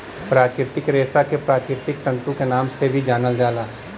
प्राकृतिक रेशा के प्राकृतिक तंतु के नाम से भी जानल जाला